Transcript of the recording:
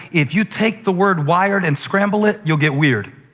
if you take the word wired and scramble it you'll get weird.